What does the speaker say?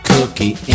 Cookie